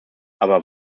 aber